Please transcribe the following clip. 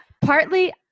partly